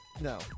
No